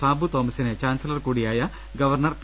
സാബു തോമസിനെ ചാൻസലർ കൂടിയായ governor P